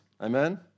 Amen